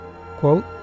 quote